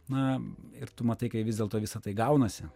na ir tu matai kai vis dėlto visa tai gaunasi